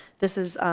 this is,